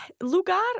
Lugar